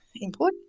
input